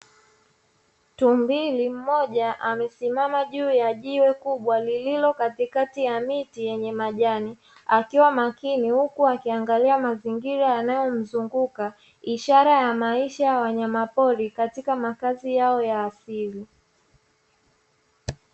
Tumbili mmoja amesimama juu ya jiwe kubwa lililo katitati ya miti yenye majani, akiwa makini huku akiangalia mazingira yanayomzunguka, ishara ya maisha ya wanyamapori katika makazi yao ya asili.